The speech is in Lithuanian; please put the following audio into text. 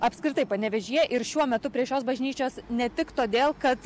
apskritai panevėžyje ir šiuo metu prie šios bažnyčios ne tik todėl kad